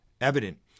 evident